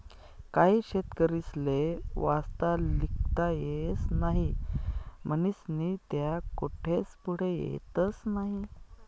काही शेतकरीस्ले वाचता लिखता येस नही म्हनीस्नी त्या कोठेच पुढे येतस नही